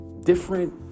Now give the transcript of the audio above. different